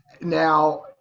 Now